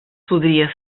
podria